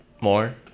more